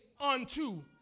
unto